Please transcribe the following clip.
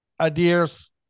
ideas